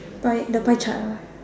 pie the pie chart ah